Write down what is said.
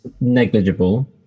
negligible